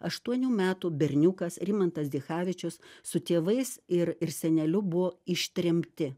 aštuonių metų berniukas rimantas dichavičius su tėvais ir ir seneliu buvo ištremti